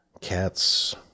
cats